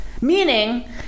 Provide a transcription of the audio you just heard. Meaning